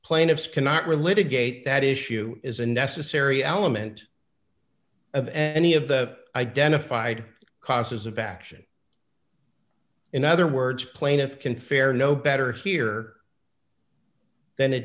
plaintiffs cannot relate a gate that issue is a necessary element of any of the identified causes of action in other words plaintiff can fare no better here than it